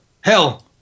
hell